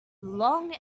long